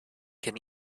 can